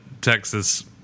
Texas